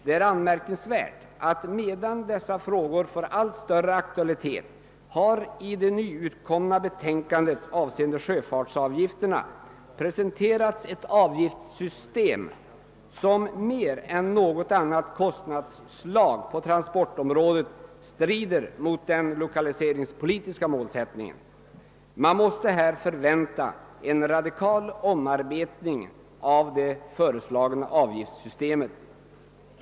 Det är anmärkningsvärt att medan dessa frågor får en allt större aktualitet har i det nyutkomna betänkandet avseende sjöfartsavgifterna presenterats ett avgiftssystem som mer än någon annan typ av kostnad på transportområdet strider mot den lokaliseringspolitiska målsättningen. Man måste här emotse en radikal omarbetning av det föreslagna avgiftssystemet.